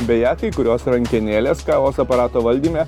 beje kurios rankenėlės kavos aparato valdyme